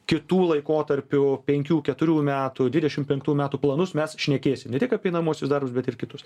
kitų laikotarpių penkių keturiųjų metų dvidešimt penktųjų metų planus mes šnekėsim ne tik apie einamuosius darbus bet ir kitus